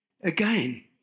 Again